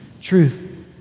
truth